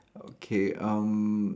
okay um